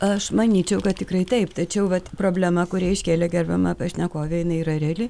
aš manyčiau kad tikrai taip tačiau vat problema kurią iškėlė gerbiama pašnekovė jinai yra reali